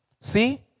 See